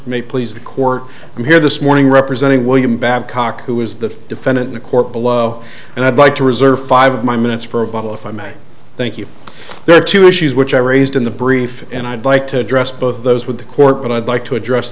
may please the court i'm here this morning representing william babcock who is the defendant the court below and i'd like to reserve five of my minutes for a bottle if i may thank you there are two issues which i raised in the brief and i'd like to address both of those with the court but i'd like to address